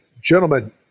gentlemen